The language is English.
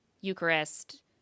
Eucharist